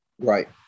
Right